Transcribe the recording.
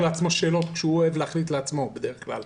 שאלות שהוא אוהב להחליט לעצמו בדרך כלל.